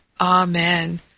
Amen